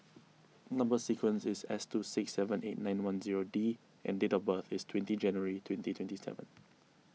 Number Sequence is S two six seven eight nine one zero D and date of birth is twenty January twenty twenty seven